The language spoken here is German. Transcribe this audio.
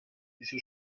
wieso